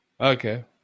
Okay